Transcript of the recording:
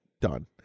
Done